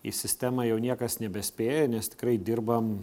į sistemą jau niekas nebespėja nes tikrai dirbam